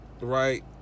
right